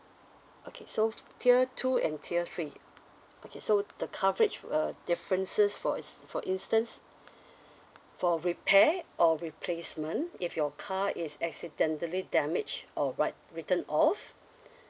okay so tier two and tier three okay so the coverage uh differences for ins~ for instance for repair or replacement if your car is accidentally damage or what written off